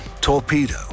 torpedo